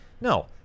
No